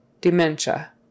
Dementia